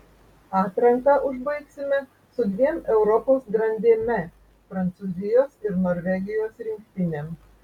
atranką užbaigsime su dviem europos grandėme prancūzijos ir norvegijos rinktinėm